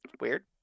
Weird